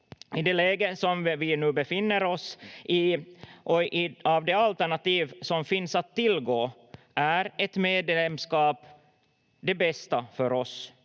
I det läge som vi nu befinner oss i och av de alternativ som finns att tillgå är ett medlemskap det bästa för oss.